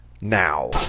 now